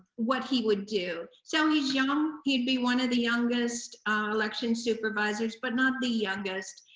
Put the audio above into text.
what he would do. so, he's young, he'd be one of the youngest election supervisors, but not the youngest.